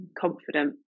confident